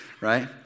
right